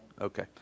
Okay